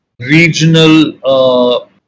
regional